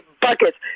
Buckets